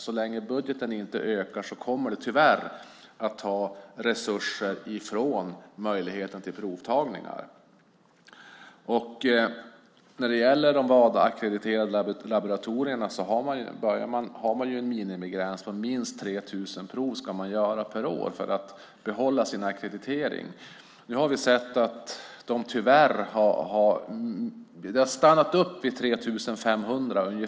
Så länge budgeten inte ökar kommer det tyvärr att ta resurser från möjligheten till provtagningar. När det gäller de Wadaackrediterade laboratorierna har man en minimigräns. Minst 3 000 prov ska man göra per år för att få behålla sin ackreditering. Nu har vi sett att det tyvärr har stannat upp vid ungefär 3 500.